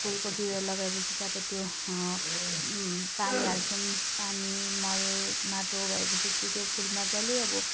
फुलको बिरुवा लगाएपछि त अब त्यो पानी हाल्छौँ पानी मल माटो भएपछि त्यो त्यो फुल मजाले अब